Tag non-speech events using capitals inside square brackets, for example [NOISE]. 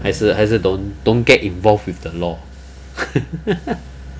还是还是 don't don't get involved with the law [LAUGHS]